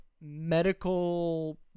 medical